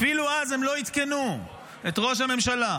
אפילו אז הם לא עדכנו את ראש הממשלה,